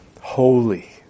holy